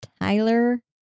Tyler